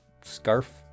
scarf